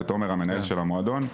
ותומר המנהל של המועדון,